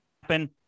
happen